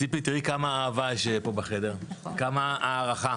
ציפי, תראי כמה אהבה יש פה בחדר, כמה הערכה.